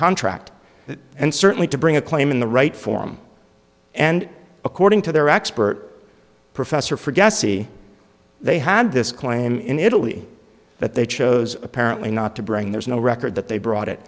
contract and certainly to bring a claim in the right form and according to their expert professor for gassy they had this claim in italy that they chose apparently not to bring there's no record that they brought it